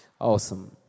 Awesome